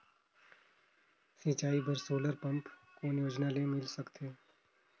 सिंचाई बर solar pump कौन योजना ले मिल सकथे?